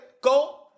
Go